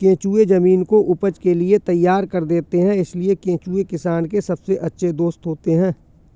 केंचुए जमीन को उपज के लिए तैयार कर देते हैं इसलिए केंचुए किसान के सबसे अच्छे दोस्त होते हैं